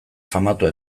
famatua